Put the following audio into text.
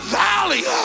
valley